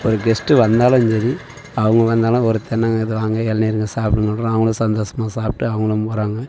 ஒரு கெஸ்ட்டு வந்தாலும் சரி அவங்க வந்தாலும் ஒரு தென்னங்க இது வாங்கி இளநீருங்க சாப்பிடுன்னு சொல்கிறோம் அவங்க சந்தோஷமா சாப்பிட்டு அவங்களும் போகிறாங்க